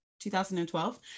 2012